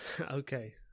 Okay